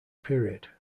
period